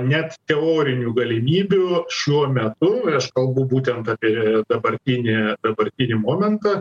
net teorinių galimybių šiuo metu aš kalbu būtent apie dabartinį dabartinį momentą